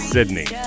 Sydney